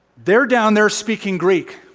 they're down there speaking greek.